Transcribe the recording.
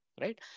Right